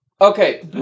okay